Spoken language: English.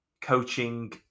coaching